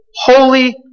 Holy